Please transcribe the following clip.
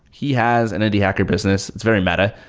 he has an indie hacker business. it's very meta.